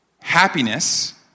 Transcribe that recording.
happiness